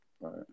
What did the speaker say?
right